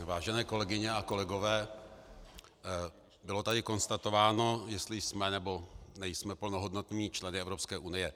Vážené kolegyně a kolegové, bylo tady konstatováno, jestli jsm,e nebo nejsme plnohodnotnými členy Evropské unie.